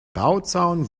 bauzaun